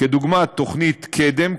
דוגמת תוכנית קד"ם,